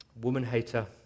woman-hater